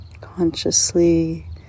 consciously